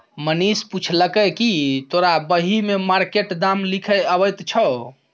मनीष पुछलकै कि तोरा बही मे मार्केट दाम लिखे अबैत छौ